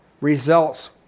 Results